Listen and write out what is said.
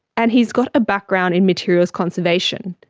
and he's got a background in materials conservation.